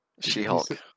She-Hulk